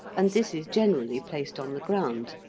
and this is generally placed on the ground,